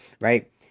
Right